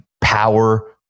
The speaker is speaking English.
power